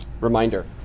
reminder